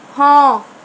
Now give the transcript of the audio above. ହଁ